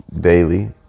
daily